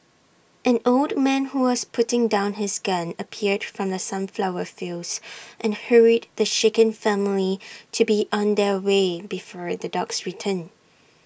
an old man who was putting down his gun appeared from the sunflower fields and hurried the shaken family to be on their way before the dogs return